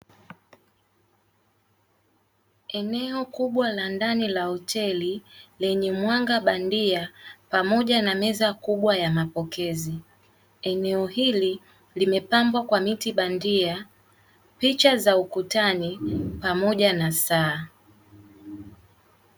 Eneo kubwa la ndani la hoteli lenye mwanga bandia pamoja na meza kubwa ya mapokezi. Eneo hili limepambwa kwa miti bandia, picha za ukutani pamoja na saa.